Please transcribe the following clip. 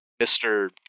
Mr